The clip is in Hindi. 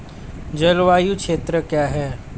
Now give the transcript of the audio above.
जलवायु क्षेत्र क्या है?